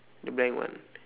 the blank one